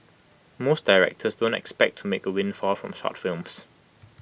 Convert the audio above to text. most directors don't expect to make A windfall from short films